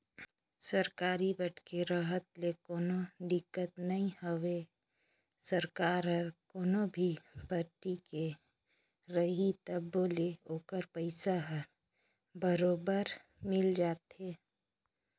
सरकारी बांड के रहत ले कोनो दिक्कत नई होवे सरकार हर कोनो भी पारटी के रही तभो ले ओखर पइसा हर बरोबर मिल जाथे